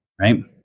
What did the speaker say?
right